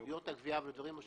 לסוגיות הגבייה ולדברים השונים.